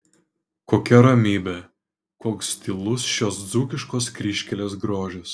kokia ramybė koks tylus šios dzūkiškos kryžkelės grožis